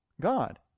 God